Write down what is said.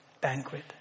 banquet